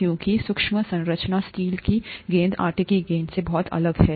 क्योंकिकी सूक्ष्म संरचना स्टील की गेंदआटे की गेंद से बहुत अलग होती है